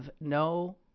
no